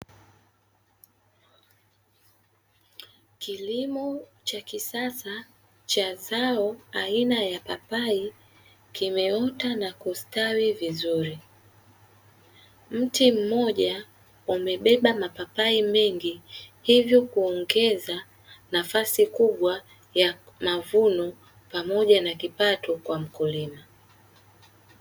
Kilimo cha kisasa cha zao aina ya papai kimeota na kustawi vizuri. Mti mmoja umebeba mapapai mengi hivyo kuongeza nafasi kubwa ya mavuno pamoja na kipato kwa mkulima.